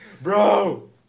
Bro